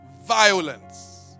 violence